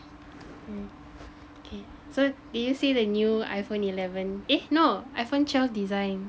mm eh so did you see the new Iphone eleven eh no Iphone twelve design